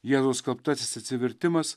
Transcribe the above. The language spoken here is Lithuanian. jėzaus skelbtasis atsivertimas